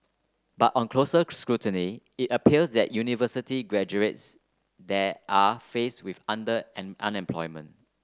but on closer scrutiny it appears that university graduates there are faced with under and unemployment